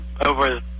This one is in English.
Over